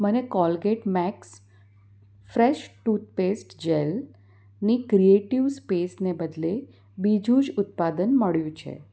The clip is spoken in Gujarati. મને Colgate Max Fresh toothpaste જેલની ક્રીએટીવ સ્પેસને બદલે બીજું જ ઉત્પાદન મળ્યું છે